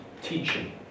teaching